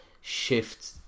shift